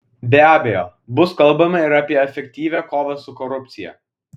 be abejo bus kalbama ir apie efektyvią kovą su korupcija